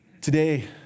Today